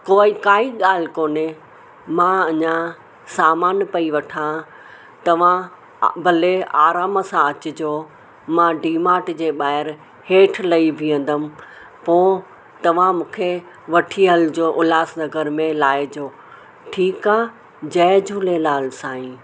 पोइ काई ॻाल्ह कोन्हे मां अञा सामान पई वठां तव्हां भले आराम सां अचिजो मां डीमाट जे ॿाहिरि हेठि लही बीहंदमि पोइ तव्हां मूंखे वठी हलिजो उल्हास नगर में लार्हाइजो ठीकु आहे जय झूलेलाल साईं